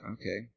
Okay